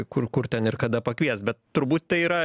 kur kur ten ir kada pakvies bet turbūt tai yra